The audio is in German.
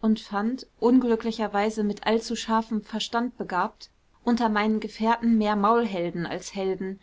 und fand unglücklicherweise mit allzu scharfem verstand begabt unter meinen gefährten mehr maulhelden als helden